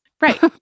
Right